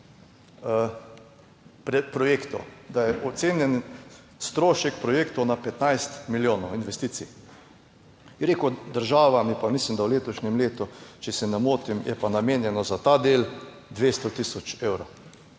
projektov, da je ocenjen strošek projektov na 15 milijonov investicij. Je rekel država, mi pa mislim, da v letošnjem letu, če se ne motim, je pa namenjeno za ta del 200 tisoč evrov.